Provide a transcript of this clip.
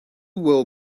will